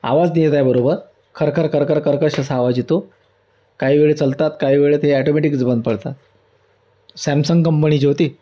आवाज नाही येत आहे बरोबर खरखर खरखर कर्कश असा आवाज येतो काही वेळ चलतात काही वेळ ते ॲटोमॅटिकच बंद पडतात सॅमसंग कंपणीची होती